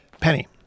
Penny